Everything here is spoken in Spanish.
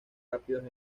rápidos